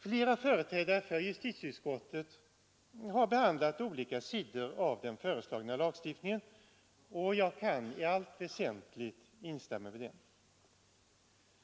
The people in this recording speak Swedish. Flera företrädare för justitieutskottet har behandlat olika sidor av den föreslagna lagstiftningen, och jag kan i allt väsentligt instämma med dem.